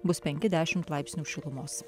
bus penki dešimt laipsnių šilumos